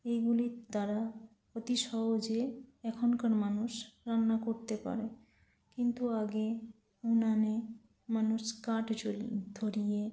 এইগুলির দ্বারা অতি সহজে এখনকার মানুষ রান্না করতে পারে কিন্তু আগে উনানে মানুষ কাঠ জ্বলিয়ে ধরিয়ে